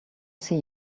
see